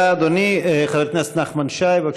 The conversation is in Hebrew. חברת הכנסת מלינובסקי, את רוצה לשמוע את התשובה?